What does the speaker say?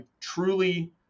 truly